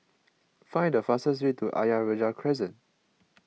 find the fastest way to Ayer Rajah Crescent